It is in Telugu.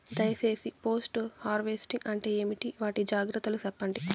దయ సేసి పోస్ట్ హార్వెస్టింగ్ అంటే ఏంటి? వాటి జాగ్రత్తలు సెప్పండి?